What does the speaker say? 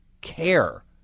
care